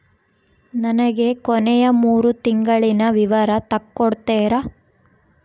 ನನಗ ಕೊನೆಯ ಮೂರು ತಿಂಗಳಿನ ವಿವರ ತಕ್ಕೊಡ್ತೇರಾ?